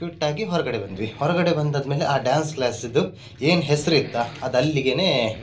ಕ್ವಿಟ್ಟಾಗಿ ಹೊರಗಡೆ ಬಂದ್ವಿ ಹೊರಗಡೆ ಬಂದಾದ ಮೇಲೆ ಆ ಡ್ಯಾನ್ಸ್ ಕ್ಲಾಸಿಂದು ಏನು ಹೆಸ್ರಿತ್ತೋ ಅದು ಅಲ್ಲಿಗೆ